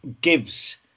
gives